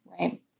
right